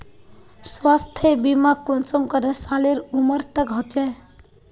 स्वास्थ्य बीमा कुंसम करे सालेर उमर तक होचए?